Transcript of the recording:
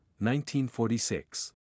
1946